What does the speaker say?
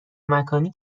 مکانی